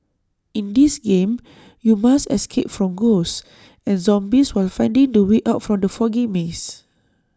in this game you must escape from ghosts and zombies while finding the way out from the foggy maze